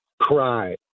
cry